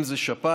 אם זה לשפעת,